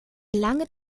lange